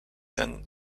than